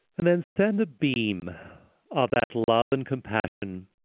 and then send a beam of that love and compassion